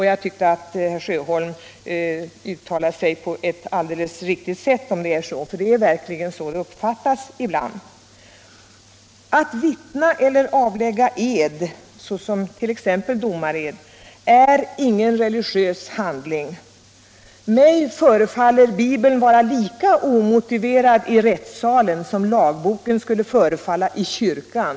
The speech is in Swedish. Jag tycker att herr Sjöholm har helt rätt i vad han sade om detta. Det är verkligen så det uppfattas ibland. Att vittna eller avlägga ed, t.ex. domared, är ingen rekgiös handling. Mig förefaller Bibeln vara lika omotiverad i rättssalen som lagboken skulle vara i kyrkan.